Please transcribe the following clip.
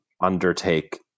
undertake